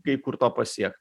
kai kur to pasiekt